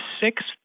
sixth